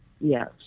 Yes